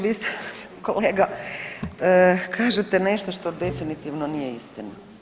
Vi ste kolega, kažete nešto što definitivno nije istina.